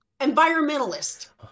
environmentalist